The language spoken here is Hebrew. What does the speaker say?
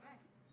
באמת.